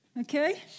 Okay